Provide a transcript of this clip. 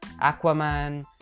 Aquaman